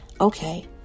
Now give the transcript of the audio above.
Okay